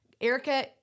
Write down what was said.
Erica